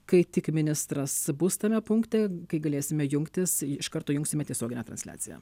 kai tik ministras bus tame punkte kai galėsime jungtis iš karto jungsime tiesioginę transliaciją